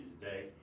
today